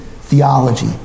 theology